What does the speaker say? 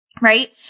right